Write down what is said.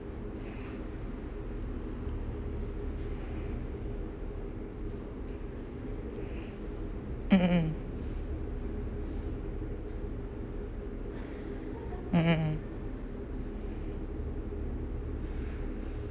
mm mm mm mm mm mm